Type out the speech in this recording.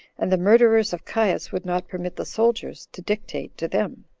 and the murderers of caius would not permit the soldiers to dictate to them.